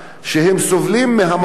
בעיקר מחוסר דם,